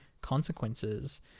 consequences